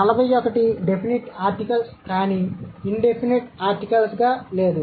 41 definite articles కానీ indefinite ఆర్టికల్స్గా లేదు